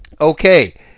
Okay